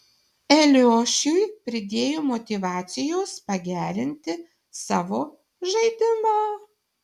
eliošiui pridėjo motyvacijos pagerinti savo žaidimą